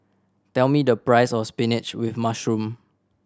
tell me the price of spinach with mushroom